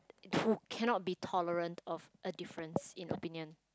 who cannot be tolerant of a difference in opinion